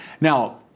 Now